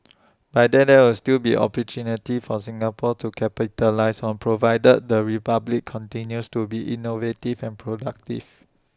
but there there will still be opportunities for Singapore to capitalise on provided the republic continues to be innovative and productive